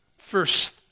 First